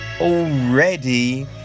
Already